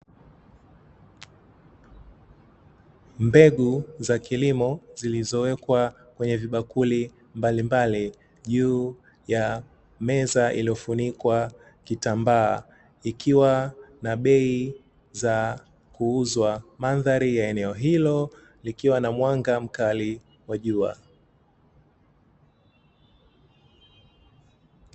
Mbegu za kilimo zilizowekwa kwenye vibakuli mbalimbali juu ya meza iliyofunikwa kutambaa ikiwa na bei za kuuzwa, mandhari ya eneo hilo likiwa na mwanga mkali wa jua.